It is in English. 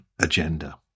agenda